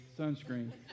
sunscreen